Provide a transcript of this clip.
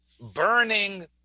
burning